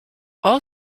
all